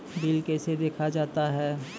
Bill कैसे देखा जाता हैं?